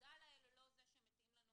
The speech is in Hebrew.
ותודה לאל לא זה שמתים לנו